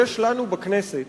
יש לנו בכנסת